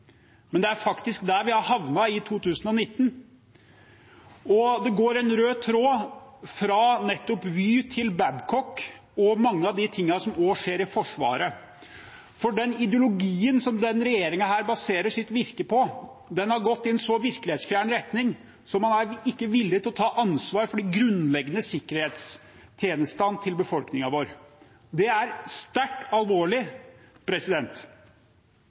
Men det er faktisk der vi har havnet i 2019. Det går en rød tråd fra nettopp Vy til Babcock og mye av det som nå skjer i Forsvaret, for den ideologien som denne regjeringen baserer sitt virke på, har gått i en så virkelighetsfjern retning at man ikke er villig til å ta ansvar for de grunnleggende sikkerhetstjenestene til befolkningen vår. Det er svært alvorlig.